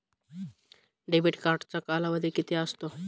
Debit कार्डचा कालावधी किती असतो?